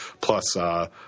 plus